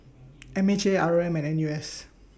M H A R O M and N U S